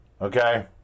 Okay